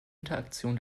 interaktion